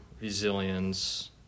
resilience